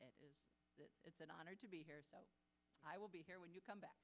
good it's an honor to be here i will be here when you come back